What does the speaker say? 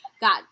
got